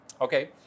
Okay